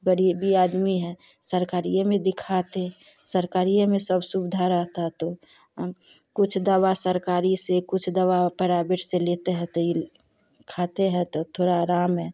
ग़रीबी आदमी है सरकारीये में दिखाते सरकारीये में सब सुविधा रहता तो कुछ दवा सरकारी से कुछ दवा पराबेट से लेते हैं त इल खाते हैं तो थोड़ा आराम है